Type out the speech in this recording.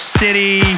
city